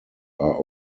are